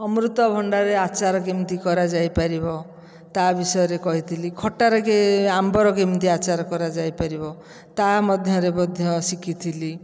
ଅମୃତଭଣ୍ଡାରେ ଆଚାର କେମିତି କରାଯାଇ ପାରିବ ତା ବିଷୟରେ କହିଥିଲି ଖଟାରେ କିଏ ଆମ୍ବର କେମିତି ଆଚାର କରାଯାଇ ପାରିବ ତା' ମଧ୍ୟରେ ମଧ୍ୟ ଶିଖିଥିଲି